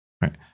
right